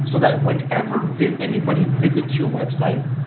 so that whenever anybody visits your website,